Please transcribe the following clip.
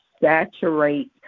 saturate